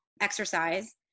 exercise